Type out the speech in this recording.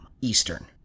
Eastern